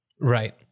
Right